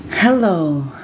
Hello